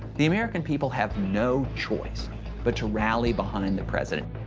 the american people have no choice but to rally behind the president,